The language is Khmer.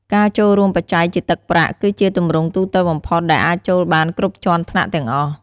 ការចូលរួមបច្ច័យជាទឹកប្រាក់ គឺជាទម្រង់ទូទៅបំផុតដែលអាចចូលបានគ្រប់ជាន់ថ្នាក់ទាំងអស់។